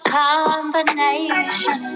combination